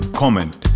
comment